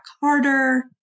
harder